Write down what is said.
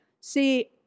See